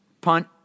punt